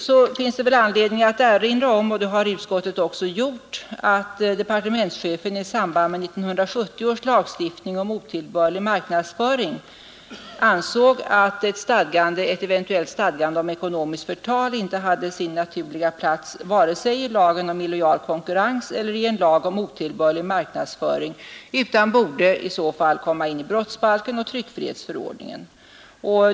Nu finns det väl anledning att erinra om — det har utskottet också gjort — att departementschefen i samband med 1970 års lagstiftning om otillbörlig marknadsföring ansåg att ett eventuellt stadgande om ekonomiskt förtal inte hade sin naturliga plats vare sig i lagen om illojal konkurrens eller i en lag om otillbörlig marknadsföring utan i så fall borde komma in i brottsbalken och tryckfrihetsförordningen.